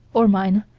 or mine,